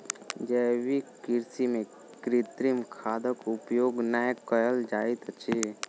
जैविक कृषि में कृत्रिम खादक उपयोग नै कयल जाइत अछि